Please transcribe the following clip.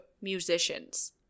Musicians